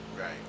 Right